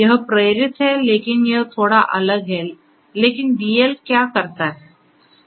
यह प्रेरित है लेकिन यह थोड़ा अलग है लेकिन DL क्या करता है